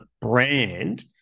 brand